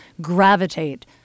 gravitate